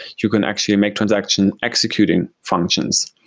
you can actually make transaction executing functions.